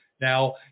Now